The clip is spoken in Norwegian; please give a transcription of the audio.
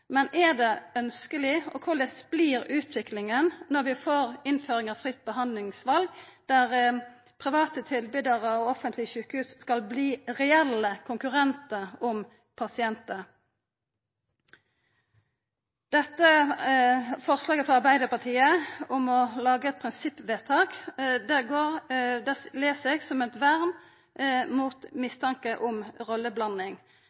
Men er det ønskjeleg, og korleis vert utviklinga når vi får innføring av fritt behandlingsval, der private tilbydarar og offentlege sjukehus skal verta reelle konkurrentar om pasientar? Dette forslaget frå Arbeidarpartiet om å laga eit prinsippvedtak les eg som eit vern mot mistanke om rolleblanding.